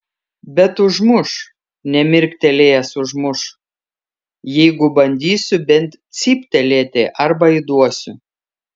bet užmuš nemirktelėjęs užmuš jeigu bandysiu bent cyptelėti arba įduosiu